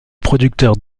producteurs